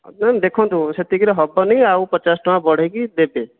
ମେମ୍ ଦେଖନ୍ତୁ ସେତିକିରେ ହେବନି ଆଉ ପଚାଶ ଟଙ୍କା ବଢ଼ାଇକି ଦେବେ